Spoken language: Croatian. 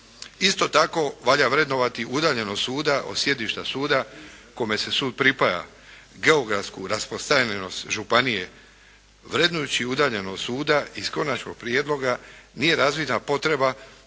Isto tako valja vrednovati udaljenost suda od sjedišta suda kome se sud pripaja, geografsku rasprostranjenost županije, vrednujući udaljenost suda iz konačnog prijedloga nije razvidna potreba